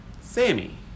Sammy